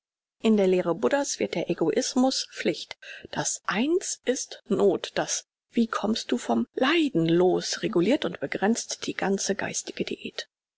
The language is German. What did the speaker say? in der lehre buddha's wird der egoismus pflicht das eins ist noth das wie kommst du vom leiden los regulirt und begrenzt die ganze geistige diät